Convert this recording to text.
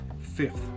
Fifth